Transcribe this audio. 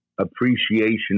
appreciation